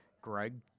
Greg